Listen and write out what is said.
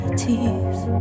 teeth